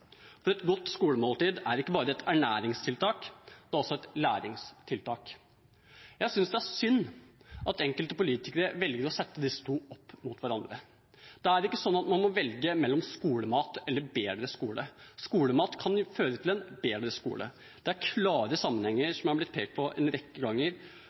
mat. Et godt skolemåltid er ikke bare et ernæringstiltak, det er også et læringstiltak. Jeg synes det er synd at enkelte politikere velger å sette disse to opp mot hverandre. Det er ikke slik at man må velge mellom skolemat og bedre skole: Skolemat kan jo føre til en bedre skole. Det er klare sammenhenger, som er blitt pekt på en rekke ganger,